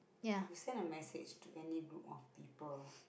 to send a message to any group of people